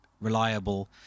reliable